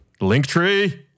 Linktree